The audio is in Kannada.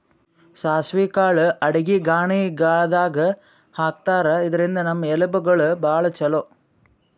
ಸಾಸ್ವಿ ಕಾಳ್ ಅಡಗಿ ಫಾಣೆದಾಗ್ ಹಾಕ್ತಾರ್, ಇದ್ರಿಂದ್ ನಮ್ ಎಲಬ್ ಗೋಳಿಗ್ ಭಾಳ್ ಛಲೋ